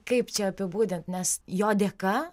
kaip čia apibūdint nes jo dėka